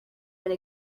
been